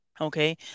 Okay